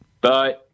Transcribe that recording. Bye